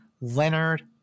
Leonard